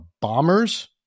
bombers